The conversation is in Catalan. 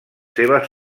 seves